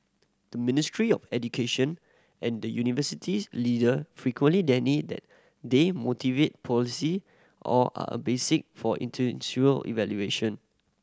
the Ministry of Education and university's leader frequently deny that they motivate policy or are a basic for evaluation